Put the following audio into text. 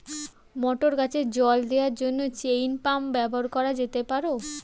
মটর গাছে জল দেওয়ার জন্য চেইন পাম্প ব্যবহার করা যেতে পার?